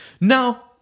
Now